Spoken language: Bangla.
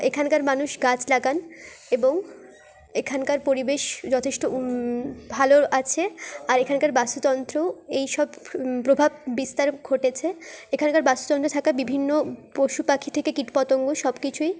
এখানকার মানুষ গাছ লাগান এবং এখানকার পরিবেশ যথেষ্ট ভালো আছে আর এখানকার বাস্তুতন্ত্র এই সব প্রভাব বিস্তার ঘটেছে এখানকার বাস্তুতন্ত্রে থাকা বিভিন্ন পশু পাখি থেকে কীট পতঙ্গ সব কিছুই